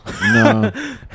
no